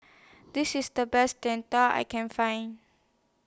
This IS The Best Jian Dui I Can Find